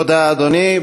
תודה, אדוני.